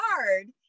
hard